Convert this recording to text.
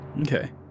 Okay